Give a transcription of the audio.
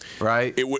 Right